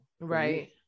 Right